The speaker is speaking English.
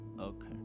Okay